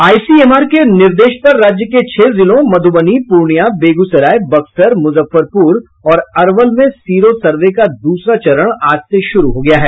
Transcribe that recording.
ICMR के निर्देश पर राज्य के छह जिलों मधुबनी पूर्णिया बेगूसराय बक्सर मुजफ्फरपुर और अरवल में सीरो सर्वे का दूसरा चरण आज से शुरू हो गया है